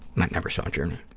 like never saw journey.